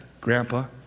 Grandpa